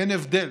אין הבדל